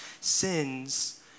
sins